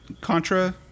Contra